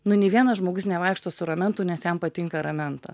nu nei vienas žmogus nevaikšto su ramentu nes jam patinka ramenta